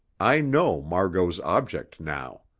i know margot's object now.